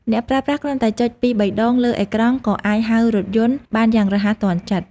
អ្នកប្រើប្រាស់គ្រាន់តែចុចពីរបីដងលើអេក្រង់ក៏អាចហៅរថយន្តបានយ៉ាងរហ័សទាន់ចិត្ត។